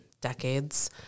decades